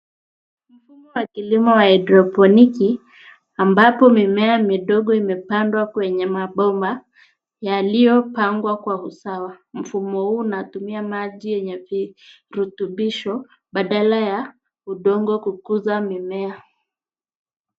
Mfumo wa kilimo wa haidroponiki, ambapo mimea midogo imepandwa kwenye mabomba, yaliyopangwa kwa usawa. Mfumo huu unatumia maji yenye virutubisho, badala ya udongo kukuza mimea.